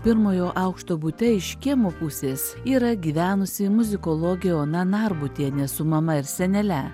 pirmojo aukšto bute iš kiemo pusės yra gyvenusi muzikologė ona narbutienė su mama ir senele